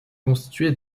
constituée